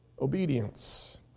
obedience